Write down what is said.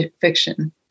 fiction